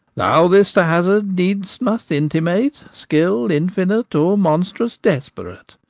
thou this to hazard needs must intimate skill infinite or monstrous desperate.